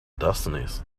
destinies